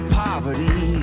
poverty